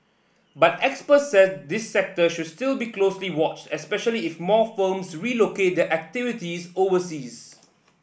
but experts said this sector should still be closely watched especially if more firms relocate their activities overseas